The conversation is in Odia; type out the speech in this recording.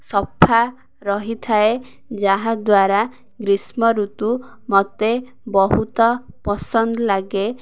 ସଫା ରହିଥାଏ ଯାହାଦ୍ୱାରା ଗ୍ରୀଷ୍ମଋତୁ ମୋତେ ବହୁତ ପସନ୍ଦ ଲାଗେ